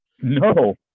No